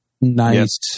Nice